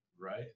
right